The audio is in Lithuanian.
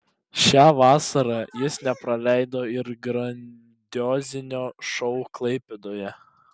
šią vasarą jis nepraleido ir grandiozinio šou klaipėdoje